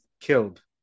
killed